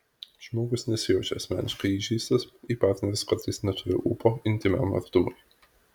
žmogus nesijaučia asmeniškai įžeistas jei partneris kartais neturi ūpo intymiam artumui